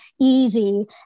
easy